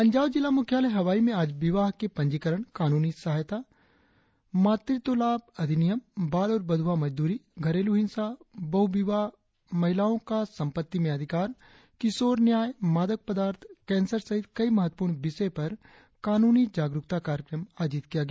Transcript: अंजाव जिला मुख्यालय हवाई में आज विवाह के पंजीकरण कानूनी सहायता मातृत्व लाभ अधिनियम बाल और बधुआ मजदूरी घरेलू हिंसा बहु विवाह महिलाओ का संपत्ति में अधिकार किशोर न्याय मादक पदार्थ केंसर सहित कई महत्वपूर्ण विषय पर कानूनी जागरुकता कार्यक्रम आयोजित किया गया